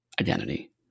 identity